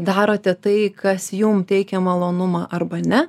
darote tai kas jums teikia malonumą arba ne